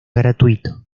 gratuito